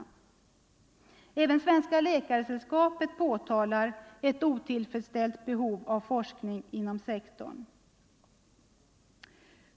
Svenska läkaresällskapet påtalar också ”ett otillfredsställt behov av forskning” inom sektorn.